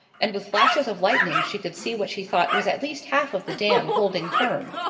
and with flashes of lightning she could see what she thought was at least half of the dam holding firm.